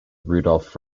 rudolf